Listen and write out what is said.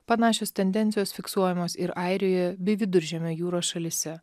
panašios tendencijos fiksuojamos ir airijoje bei viduržemio jūros šalyse